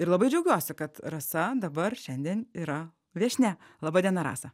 ir labai džiaugiuosi kad rasa dabar šiandien yra viešnia laba diena rasa